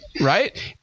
Right